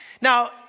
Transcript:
Now